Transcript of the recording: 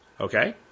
Okay